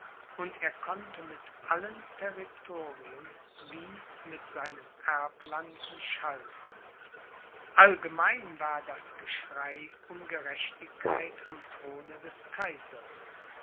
und er konnte mit allen territorien wie mit seinen erblanden schalten allgemein war das geschrei um gerechtigkeit am throne des kaisers